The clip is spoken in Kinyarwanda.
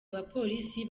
abapolisi